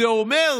זה אומר,